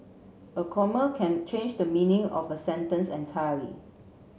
a comma can change the meaning of a sentence entirely